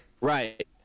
right